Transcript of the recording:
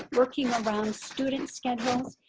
working around students schedules.